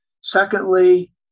Secondly